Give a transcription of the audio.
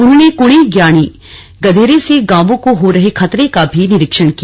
उन्होंने कुणि ग्याणि गधेरे से गांवों को हो रहे खतरे का भी निरीक्षण किया